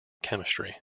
chemistry